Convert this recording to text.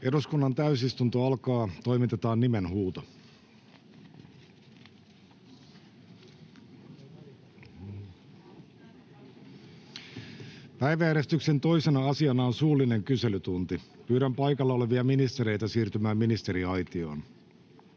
Suullinen kyselytunti Time: N/A Content: Päiväjärjestyksen 2. asiana on suullinen kyselytunti. Pyydän paikalla olevia ministereitä siirtymään ministeriaitioon.